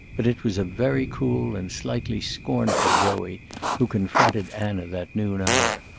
but it was a very cool and slightly scornful joey who confronted anna that noon hour.